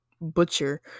butcher